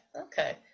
okay